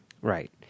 Right